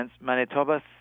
Manitoba